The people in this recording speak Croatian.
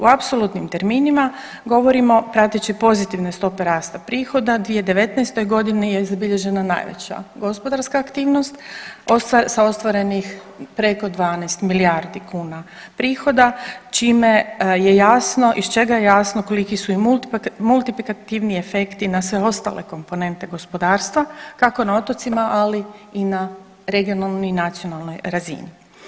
U apsolutnim terminima govorimo prateći pozitivne stope rasta prihoda, u 2019.g. je zabilježena najveća gospodarska aktivnost sa ostvarenih preko 12 milijardi kuna prihoda, čime je jasno, iz čega je jasno koliki su im multiplikativni efekti na sve ostale komponente gospodarstva, kako na otocima, ali i na regionalnoj i nacionalnoj razini.